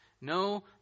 No